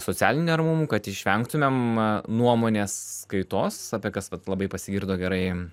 socialinių neramumų kad išvengtumėm nuomonės kaitos apie kasvat labai pasigirdo gerai